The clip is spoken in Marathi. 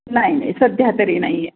नाही नाही सध्या तरी नाही आहे